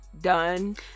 done